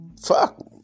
Fuck